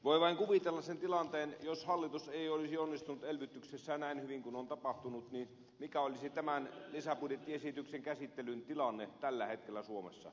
voi vain kuvitella sen tilanteen jos hallitus ei olisi onnistunut elvytyksessään näin hyvin kuin on tapahtunut mikä olisi tämän lisäbudjettiesityksen käsittelyn tilanne tällä hetkellä suomessa